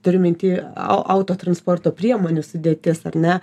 turiu minty au autotransporto priemonių sudėtis ar ne